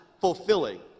fulfilling